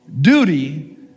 duty